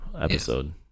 episode